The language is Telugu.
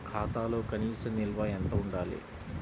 ఖాతాలో కనీస నిల్వ ఎంత ఉండాలి?